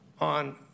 On